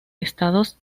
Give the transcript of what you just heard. estados